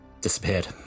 disappeared